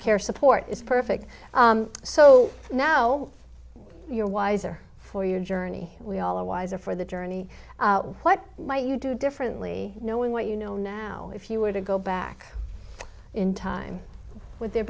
care support is perfect so now you're wiser for your journey we all are wiser for the journey what might you do differently knowing what you know now if you were to go back into time would there